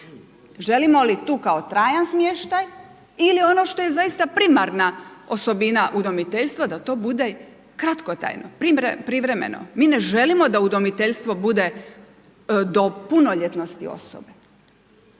Želimo li tu kao trajan smještaj ili ono što je zaista kao primarna osobina udomiteljstva da to bude kratkotrajno, privremeno? Mi ne želimo da udomiteljstvo bude do punoljetnosti osobe.